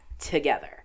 together